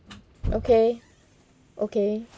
okay okay